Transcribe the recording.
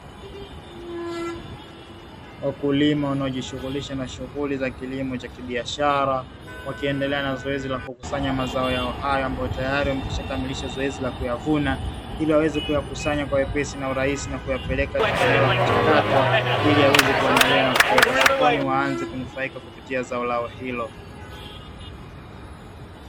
Wakulima wanaojishughulisha na shughuli za kilimo cha kibiashara waki endelea na zoezi la kukusanya mazao yao ambayo tayari wameshakamilisha zoezi la kuyavuna, ili waweze kuyakusanya kwa wepesi na urahisi na kuyapeleka katika eneo la kuchakatwa, ili aweze kuandaliwa na kupelekwa sokoni waanze kunufaika kupitia zao lao hilo.